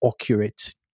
accurate